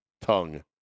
Tongue